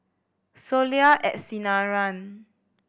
Soleil at Sinaran